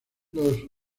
los